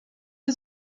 der